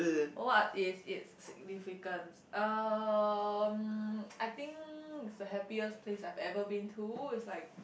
what is it's significance um I think it's the happiest place I ever been through it's like